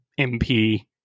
MP